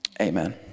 amen